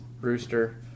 Rooster